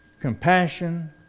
compassion